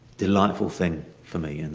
delightful thing for me. and